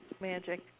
magic